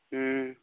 ᱦᱮᱸ